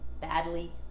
badly